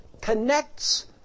connects